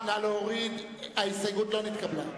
לא נתקבלו.